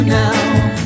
now